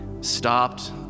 stopped